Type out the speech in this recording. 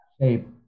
shape